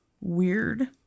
weird